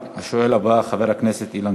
השואל הבא, חבר הכנסת אילן גילאון.